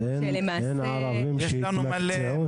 אז אין ערבים שהתמקצעו --- יש לנו מלא.